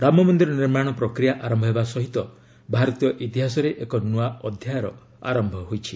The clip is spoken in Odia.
ରାମ ମନ୍ଦିର ନିର୍ମାଣ ପ୍ରକ୍ରିୟା ଆରମ୍ଭ ହେବା ସହ ଭାରତୀୟ ଇତିହାସରେ ଏକ ନ୍ନଆ ଅଧ୍ୟାୟର ଆରମ୍ଭ ହୋଇଛି